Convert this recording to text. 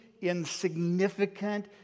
insignificant